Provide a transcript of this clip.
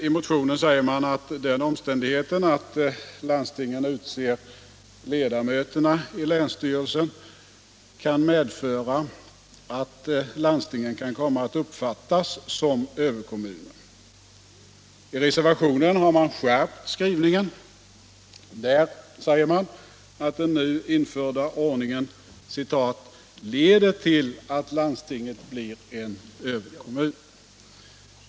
I motionen sägs att den omständigheten att landstingen utser ledamöterna i länsstyrelsen kan medföra att landstingen kommer att uppfattas som överkommuner. I reservationen har man skärpt skrivningen. Där säger man att den nu införda ordningen ”leder till att landstinget blir en ”överkommun” ”.